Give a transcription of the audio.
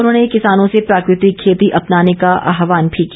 उन्होंने किसानों से प्राकृतिक खेती अपनाने का आहवान भी किया